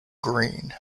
green